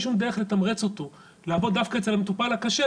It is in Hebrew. שום דרך לתמרץ אותו לעבוד דווקא אצל המטופל הקשה,